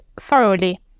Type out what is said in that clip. thoroughly